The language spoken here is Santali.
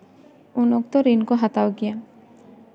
ᱩᱱ ᱚᱠᱛᱚ ᱨᱤᱱ ᱠᱚ ᱦᱟᱛᱟᱣ ᱜᱮᱭᱟ